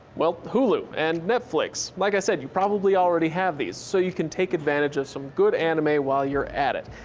well, hulu and netflix. like i said, you probably already have these, so you can take advantage of some good anime while you're at it,